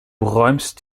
räumst